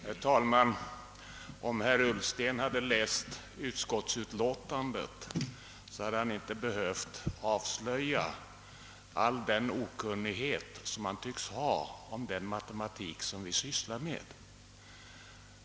Herr talman! Om herr Ullsten hade läst utskottsutlåtandet, hade han inte behövt ' avslöja all sin okunnighet om den matematik vi sysslat med.